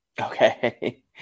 Okay